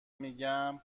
میگه